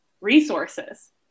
resources